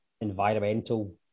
environmental